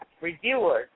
reviewers